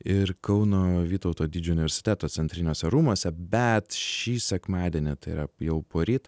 ir kauno vytauto didžiojo universiteto centriniuose rūmuose bet šį sekmadienį tai yra jau poryt